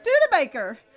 Studebaker